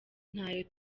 ntayo